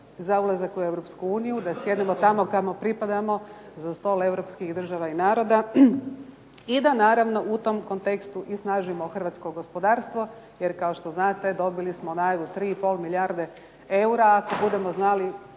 u Europsku uniju, da sjednemo tamo kamo pripadamo za stol europskih država i naroda i da naravno u tom kontekstu isnažimo hrvatsko gospodarstvo. Jer kao što znate dobili smo najavu 3 i pol milijarde eura ako budemo znali